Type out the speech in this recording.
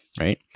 right